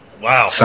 Wow